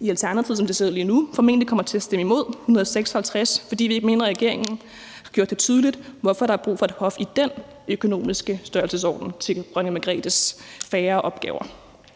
i Alternativet, som det ser ud lige nu, formentlig komme til at stemme imod L 156, fordi vi ikke mener, at regeringen har gjort det tydeligt, hvorfor der er brug for et hof i den økonomiske størrelsesorden til dronning Margrethes færre opgaver.